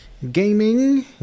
gaming